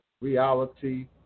reality